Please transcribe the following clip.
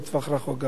גם לטווח ארוך.